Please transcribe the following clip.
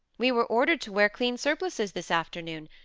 we were ordered to wear clean surplices this afternoon.